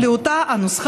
משפט